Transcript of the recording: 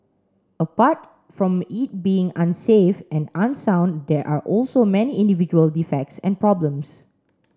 apart from it being unsafe and unsound there are also many individual defects and problems